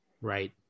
Right